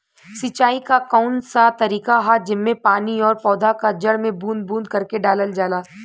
सिंचाई क कउन सा तरीका ह जेम्मे पानी और पौधा क जड़ में बूंद बूंद करके डालल जाला?